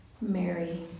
Mary